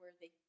worthy